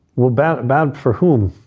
well, bad. and bad for whom?